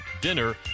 dinner